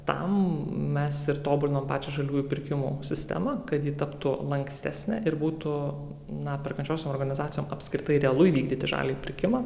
tam mes ir tobulinam pačią žaliųjų pirkimų sistemą kad ji taptų lankstesne ir būtų na perkančiosiom organizacijom apskritai realu įvykdyti žaliąjį pirkimą